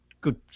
good